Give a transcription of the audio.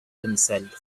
himself